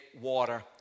water